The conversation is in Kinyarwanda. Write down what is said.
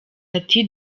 ati